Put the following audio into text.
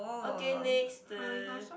okay next er